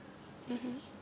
(uh huh)